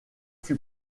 fut